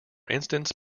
instance